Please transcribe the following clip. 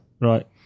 Right